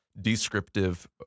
descriptive